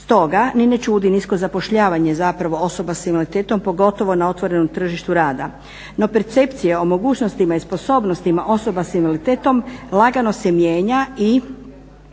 Stoga ni ne čudi nisko zapošljavanje zapravo osoba s invaliditetom pogotovo na otvorenom tržištu rada. No percepcija o mogućnostima i sposobnostima osoba s invaliditetom lagano se mijenja i